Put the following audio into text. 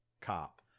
cop